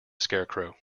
scarecrow